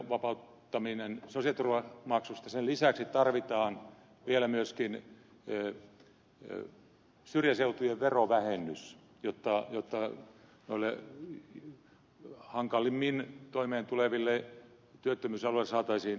tämän työnantajien sosiaaliturvamaksusta vapauttamisen lisäksi tarvitaan vielä myöskin syrjäseutujen verovähennys jotta noille hankalimmin toimeen tuleville työttömyysalueille saataisiin työvoimaa